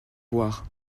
voir